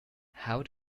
how